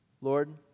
Lord